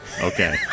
okay